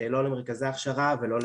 לא למרכזי הכשרה ולא למאמנים.